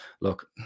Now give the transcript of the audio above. look